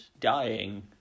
dying